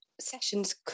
sessions